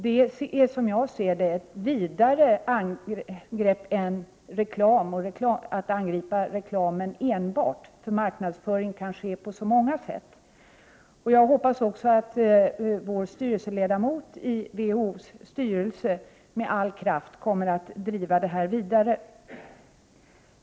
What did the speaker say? Det är, som jag ser det, ett vidare angrepp än att angripa reklamen enbart, därför att marknadsföring kan ske på så många sätt. Jag hoppas också att Sveriges styrelseledamot i WHO:s styrelse med all kraft kommer att driva detta vidare.